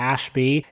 Ashby